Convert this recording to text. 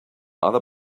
other